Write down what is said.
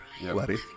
Bloody